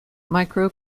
micro